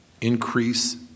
increase